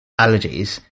allergies